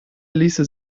ließe